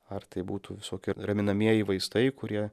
ar tai būtų visokie raminamieji vaistai kurie